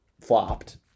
Flopped